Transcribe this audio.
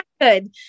good